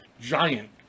giant